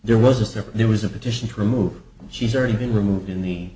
there was there there was a petition to remove she's already been removed in the